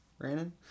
Brandon